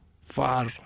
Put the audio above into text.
far